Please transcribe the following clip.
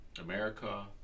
America